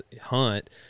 hunt